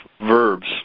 verbs